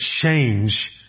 change